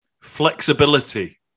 flexibility